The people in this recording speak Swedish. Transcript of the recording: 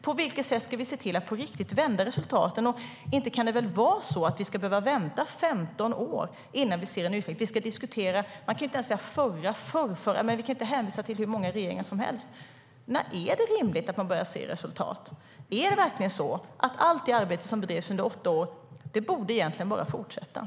På vilket sätt ska vi se till att på riktigt vända resultaten? Inte kan det väl vara så att vi ska behöva vänta 15 år innan vi ser en utveckling? Vi kan inte hålla på att hänvisa till den förrförra regeringen. Vi kan inte hänvisa till hur många regeringar som helst. När är det rimligt att vi börjar se resultat? Är det så att allt arbete som bedrevs under åtta år borde fortsätta?